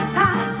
time